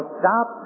stop